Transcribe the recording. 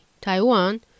Taiwan